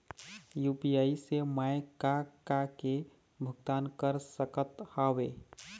UPI से मैं का का के भुगतान कर सकत हावे?